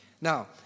Now